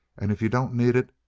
and if you don't need it,